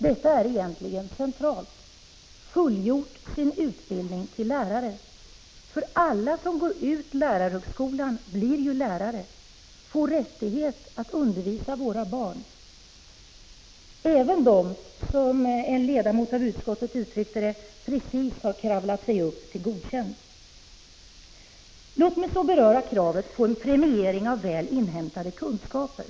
Detta är egentligen centralt: ”fullgjort sin utbildning till lärare” — för alla som går ut lärarhögskolan blir ju lärare, alla får rätt att undervisa våra barn. Även de, som en ledamot av utskottet uttryckte det, som ”precis har kravlat sig upp till godkänd”. Låt mig så beröra kravet på en premiering av väl inhämtade kunskaper.